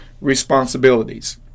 responsibilities